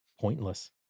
Pointless